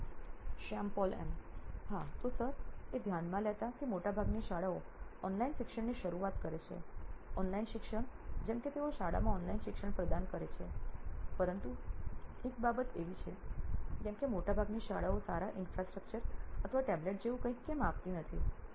શ્યામ પોલ એમ head marketing નોઇન electronics હા તો સર એ ધ્યાનમાં લેતા કે મોટાભાગની શાળાઓ ઓનલાઇન શિક્ષણની શરૂઆત કરે છે ઓનલાઇન શિક્ષણ જેમ કે તેઓ શાળાઓમાં ઓનલાઇન શિક્ષણ પ્રદાન કરે છે પરંતુ એક બાબત એવી છે કે કેમ કે મોટાભાગની શાળાઓ સારા ઇન્ફ્રાસ્ટ્રક્ચર અથવા ટેબલેટ જેવું કંઈક કેમ આપતી નથી